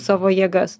savo jėgas